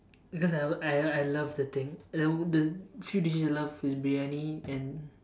because I I I love the thing the the few dishes I love is briyani and